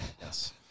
Yes